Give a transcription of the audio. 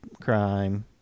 crime